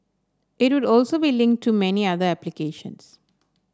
it would also be link to many other applications